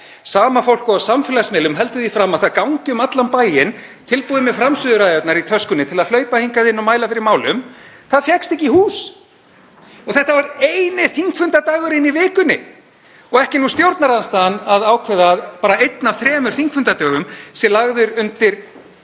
Sama fólk og á samfélagsmiðlum heldur því fram að það gangi um allan bæinn tilbúið með framsöguræðurnar í töskunni til að hlaupa hingað inn og mæla fyrir málum, það fékkst ekki í hús. Þetta var eini þingfundadagurinn í vikunni og ekki er nú stjórnarandstaðan að ákveða að einn af þremur þingfundadögum sé lagður undir